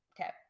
Okay